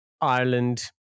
Ireland